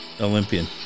Olympian